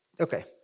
Okay